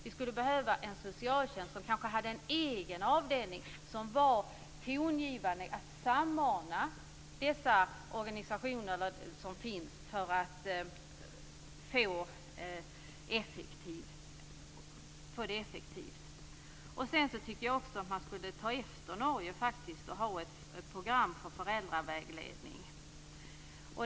Vi skulle behöva en socialtjänst med en egen tongivande avdelning som kan samordna de organisationer som finns på ett effektivt sätt. Jag tycker att vi kan ta efter Norge och inrätta ett program för föräldravägledning.